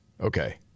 Okay